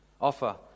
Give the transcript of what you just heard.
offer